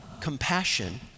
compassion